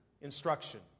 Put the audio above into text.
instruction